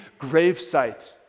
gravesite